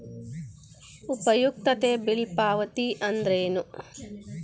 ಉಪಯುಕ್ತತೆ ಬಿಲ್ ಪಾವತಿ ಅಂದ್ರೇನು?